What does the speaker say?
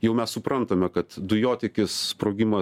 jau mes suprantame kad dujotiekis sprogimas